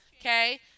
Okay